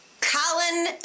Colin